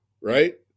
Right